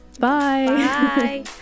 Bye